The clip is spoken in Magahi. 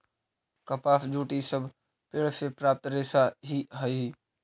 कपास, जूट इ सब पेड़ से प्राप्त रेशा ही हई